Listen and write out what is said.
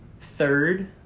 Third